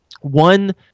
one